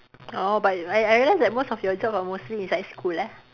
orh but I I realise that most of your job are mostly inside school eh